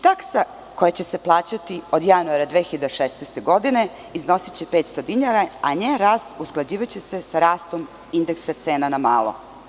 Taksa koja će se plaćati od januara 2016. godine iznosiće 500 dinara, a njen rast usklađivaće se sa rastom indeksa cena na malo.